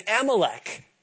Amalek